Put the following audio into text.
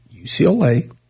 UCLA